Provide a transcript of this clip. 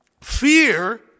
fear